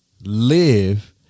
live